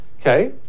okay